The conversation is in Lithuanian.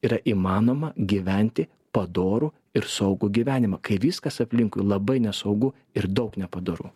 yra įmanoma gyventi padorų ir saugų gyvenimą kai viskas aplinkui labai nesaugu ir daug nepadoru